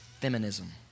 feminism